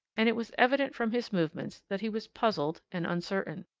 and it was evident from his movements that he was puzzled and uncertain.